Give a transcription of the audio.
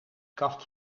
kaft